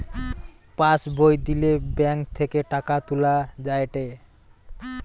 pass বই দিলে bank থেকে টাকা তুলা যায়েটে